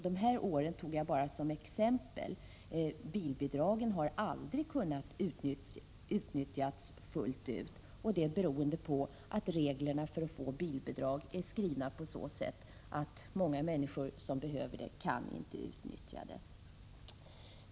De här åren tog jag bara som exempel; bilbidragen har aldrig kunnat utnyttjas fullt ut, och det beror på att reglerna för att få bilbidrag är skrivna så att många människor som behöver bidraget inte kan utnyttja det.